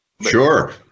Sure